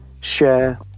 share